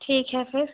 ठीक है फिर